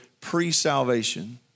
pre-salvation